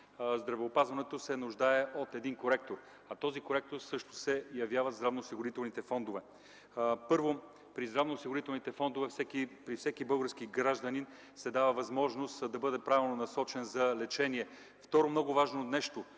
здравеопазването се нуждае от коректор. Този коректор всъщност се явяват здравноосигурителните фондове. Първо, при здравноосигурителните фондове на всеки български гражданин се дава възможност да бъде правилно насочен за лечение. Второ много важно нещо,